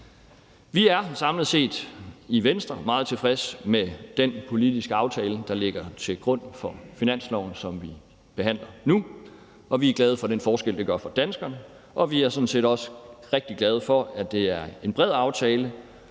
Vi er samlet set i Venstre meget tilfredse med den politiske aftale, der ligger til grund for finanslovsforslaget, som vi behandler nu. Vi er glade for den forskel, det gør for danskerne, og vi er sådan set også rigtig glade for, at det er en bred aftale